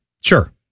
Sure